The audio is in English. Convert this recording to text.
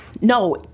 No